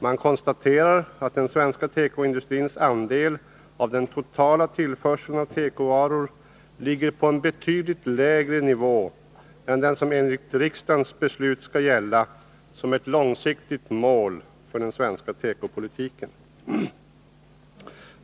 Man konstaterar att den svenska tekoindustrins andel av den 10 december 1980 totala tillförseln av tekovaror ligger på en betydligt lägre nivå än den som enligt riksdagens beslut skall gälla som ett långsiktigt mål för den svenska tekopolitiken.